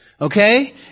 Okay